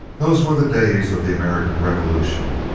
those were the days of the american revolution.